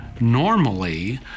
Normally